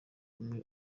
imwe